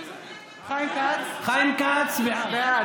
חיים כץ בעד.